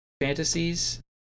fantasies